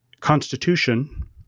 constitution—